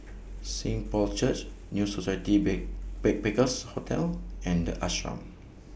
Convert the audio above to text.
Saint Paul's Church New Society Bay Backpackers' Hotel and The Ashram